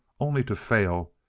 only to fail,